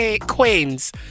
queens